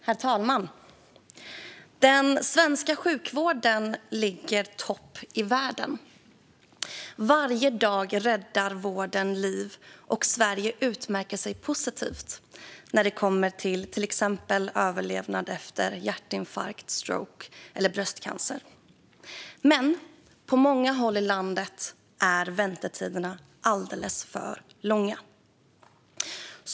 Herr talman! Den svenska sjukvården ligger i toppen i världen. Varje dag räddar vården liv, och Sverige utmärker sig positivt när det exempelvis gäller överlevnad efter hjärtinfarkt, stroke eller bröstcancer. Men på många håll landet är väntetiderna alldeles för långa.